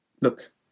look